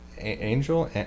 Angel